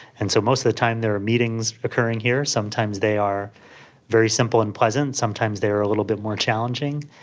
and so most of the time there are meetings occurring here, sometimes they are very simple and pleasant, sometimes they are a little bit more challenging,